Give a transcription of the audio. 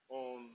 on